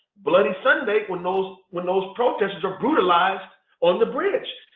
bloody sunday, when those when those protesters are brutalized on the bridge.